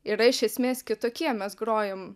yra iš esmės kitokie mes grojam